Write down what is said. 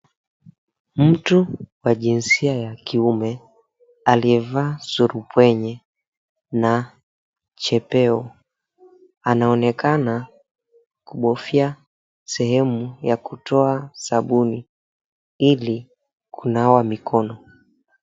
Mtu wa jinsia ya kiume aliyevaa surupwenye na chepeo anaonekana kubofya sehemu ya kutoa sabuni ilikunawa mikono.